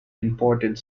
important